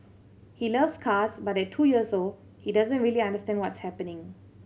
he loves cars but at two years old he doesn't really understand what's happening